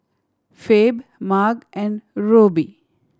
Phebe Marge and Rubye